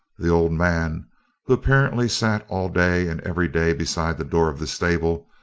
the old man who apparently sat all day and every day beside the door of the stable,